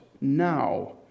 now